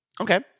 Okay